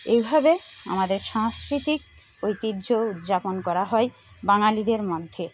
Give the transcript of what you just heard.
এইভাবে আমাদের সাংস্কৃতিক ঐতিহ্য উদযাপন করা হয় বাঙালিদের মধ্যে